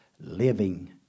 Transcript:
living